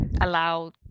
allow